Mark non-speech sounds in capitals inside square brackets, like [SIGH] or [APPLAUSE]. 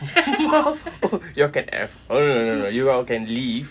[LAUGHS] you all can F oh no no no no no you all can leave